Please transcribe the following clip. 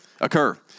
occur